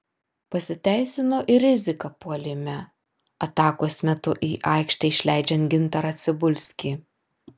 pasiteisino ir rizika puolime atakos metu į aikštę išleidžiant gintarą cibulskį